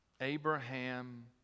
Abraham